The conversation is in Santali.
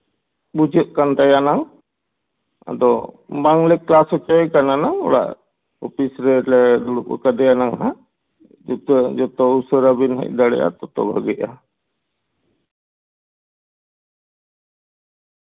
ᱵᱩᱡᱷᱟᱹᱜ ᱠᱟᱱ ᱛᱟᱭᱟ ᱱᱟᱝ ᱟᱫᱚ ᱵᱟᱝ ᱞᱮ ᱠᱞᱟᱥ ᱦᱚᱪᱚᱭᱮ ᱠᱟᱱᱟ ᱱᱟᱝ ᱚᱲᱟᱜ ᱚᱯᱤᱥ ᱨᱮᱞᱮ ᱫᱩᱲᱩᱵ ᱠᱟᱫᱮᱭᱟ ᱮᱱᱟᱝ ᱱᱟᱝ ᱡᱚᱛᱚ ᱩᱥᱟᱹᱨᱟ ᱵᱤᱱ ᱦᱮᱡ ᱫᱟᱲᱮᱭᱟᱜᱼᱟ ᱛᱚᱛᱚ ᱵᱷᱟᱜᱤᱜᱼᱟ